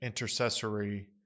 intercessory